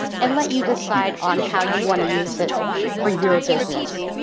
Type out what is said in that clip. and let you decide on how you want to use it for your business.